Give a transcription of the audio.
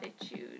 attitude